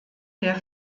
der